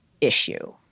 issue